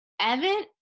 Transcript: Evan